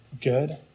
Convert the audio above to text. good